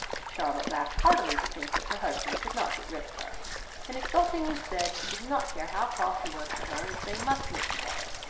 charlotte laughed heartily to think that her husband could not get rid of her and exultingly said, she did not care how cross he was to her, as they must live together.